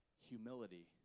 humility